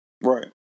right